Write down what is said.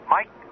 Mike